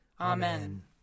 Amen